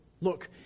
Look